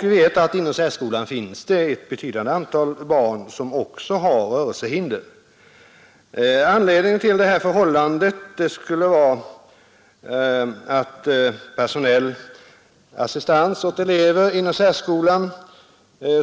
Vi vet att det inom särskolan finns ett betydande antal barn som också har Anledningen till att denna ordning gäller för statsbidragen skulle vara att personell assistans åt elever inom särskolan,